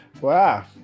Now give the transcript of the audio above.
wow